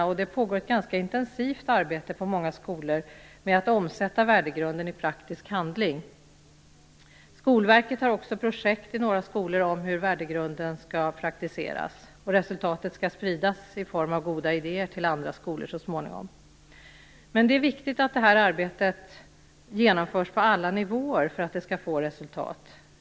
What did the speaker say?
På många skolor pågår ett ganska intensivt arbete med att omsätta värdegrunden i praktisk handling. Skolverket har också projekt i några skolor om hur värdegrunden skall praktiseras. Resultatet skall så småningom spridas i form av goda idéer till andra skolor. Det är viktigt att det här arbetet genomförs på alla nivåer för att det skall få resultat.